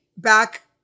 back